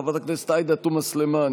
חברת הכנסת עאידה תומא סלימאן,